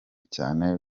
cyane